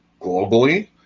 globally